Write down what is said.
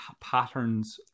patterns